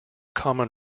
common